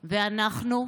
ואנחנו?